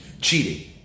Cheating